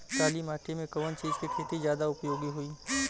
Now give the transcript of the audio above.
काली माटी में कवन चीज़ के खेती ज्यादा उपयोगी होयी?